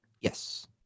Yes